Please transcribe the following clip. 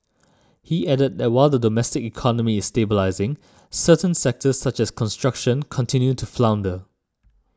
he added that while the domestic economy is stabilising certain sectors such as construction continue to flounder